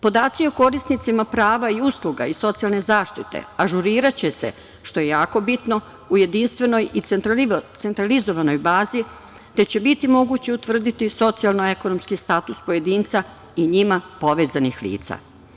Podaci o korisnicima prava i usluga iz socijalne zaštite ažuriraće se, što je jako bitno, u jedinstvenoj i centralizovanoj bazi, te će biti moguće utvrditi socijalno ekonomski status pojedinca i njima povezanih lica.